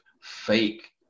fake